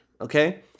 okay